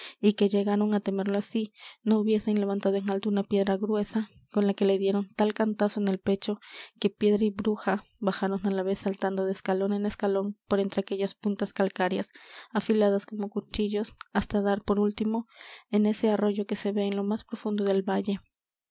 y que llegaron á temerlo así no hubiesen levantado en alto una piedra gruesa con la que le dieron tal cantazo en el pecho que piedra y bruja bajaron á la vez saltando de escalón en escalón por entre aquellas puntas calcáreas afiladas como cuchillos hasta dar por último en ese arroyo que se ve en lo más profundo del valle